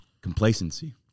Complacency